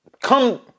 come